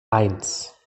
eins